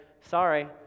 sorry